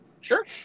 Sure